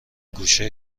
گوشه